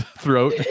throat